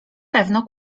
pewno